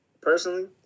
personally